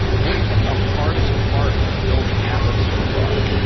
what's been the hardest part of building atlas so far?